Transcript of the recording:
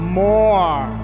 more